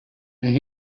and